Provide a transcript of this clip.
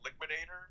Liquidator